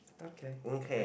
okay night